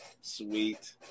Sweet